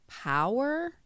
power